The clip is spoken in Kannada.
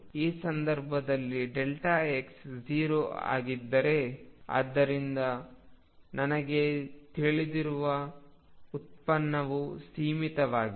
ಈ ಸಂದರ್ಭದಲ್ಲಿ x 0 ಆಗಿದೆ ಆದ್ದರಿಂದ ನನಗೆ ತಿಳಿದಿರುವ ಉತ್ಪನ್ನವು ಸೀಮಿತವಾಗಿದೆ